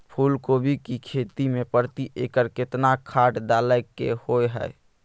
फूलकोबी की खेती मे प्रति एकर केतना खाद डालय के होय हय?